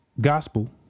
gospel